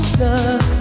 love